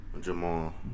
Jamal